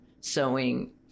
sewing